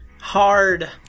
hard